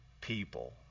people